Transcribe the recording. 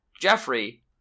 Jeffrey